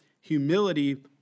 humility